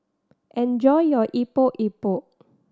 enjoy your Epok Epok